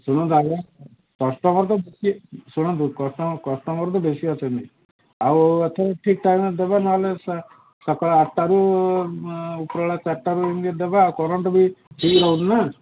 ଶୁଣନ୍ତୁ ଆଜ୍ଞା କଷ୍ଟମର ଶୁଣନ୍ତୁ କଷ୍ଟମର ତ ବେଶୀ ଅଛନ୍ତି ଆଉ ଏଥର ଠିକ୍ ଟାଇମ୍ରେ ଦେବେ ନହେଲେ ସକାଳ ଆଠଟାରୁ ଉପରଳା ଚାରିଟାରୁ ଏମିତି ଦେବା ଆଉ କରେଣ୍ଟ ବି ଠିକ ରହୁନି ନା